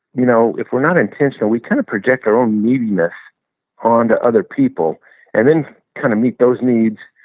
you know if we're not intentional, we kind of project our own neediness on other people and then kind of meet those needs